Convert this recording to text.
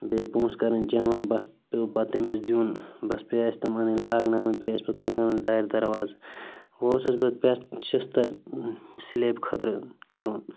بیٚیہِ پونٛسہٕ کَرٕنۍ جَمع بَس پیوٚو پَتہٕ تٔمِس دیُن بَس پیٚیہِ اَسہِ تِمَنٕے لاگناوٕنۍ پیٚیہِ اَسہِ پَتہٕ مکانَس دارِ درواز وۄنۍ اوسُس بہٕ پٮ۪تھ شِستٕر سِلیب خٲطرٕ کَرُن